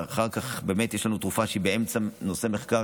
ואחר כך באמת יש לנו תרופה שהיא באמצע נושא מחקר,